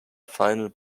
final